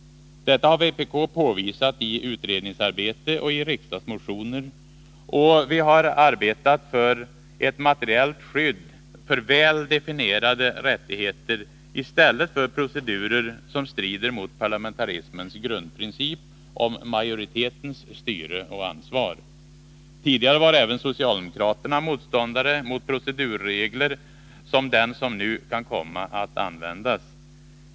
Detta har vpk påvisat i utredningsarbete och i riksdagsmotioner, och vi har arbetat för ett materiellt skydd för väl definierade rättigheter i stället för procedurer som strider mot parlamentarismens grundprincip om majoritetens styre och ansvar. Tidigare var även socialdemokraterna motståndare till procedurregler som den som nu kan komma att användas.